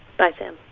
bye, sam